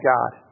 God